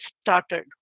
started